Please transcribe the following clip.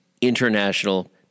international